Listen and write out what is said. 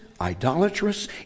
idolatrous